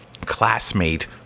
classmate